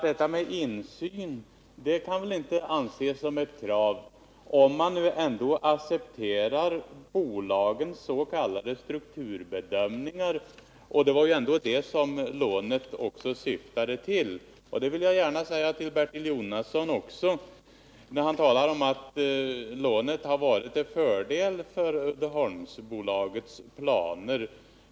Detta med insyn kan väl inte anses som ett krav om man nu accepterar bolagens s.k. strukturbedömningar, och det var ju det som lånet också syftade till. Det vill jag gärna säga till Bertil Jonasson också, för han talade om att lånet har varit till fördel för Uddeholmsbolagets planer.